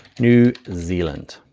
new zealand,